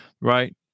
right